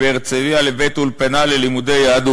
בהרצליה: לבית אולפנה ללימודי יהדות.